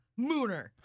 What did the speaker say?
mooner